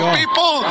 people